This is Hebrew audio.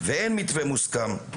ואין מתווה מוסכם.